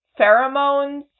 pheromones